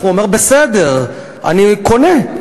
הוא אומר: בסדר, אני קונה.